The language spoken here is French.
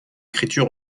d’écriture